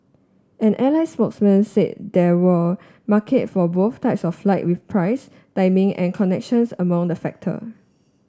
an airline spokesman said there were market for both types of flight with price timing and connections among the factor